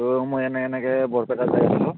ত' মই এনে এনেকৈ বৰপেটা যাই আছোঁ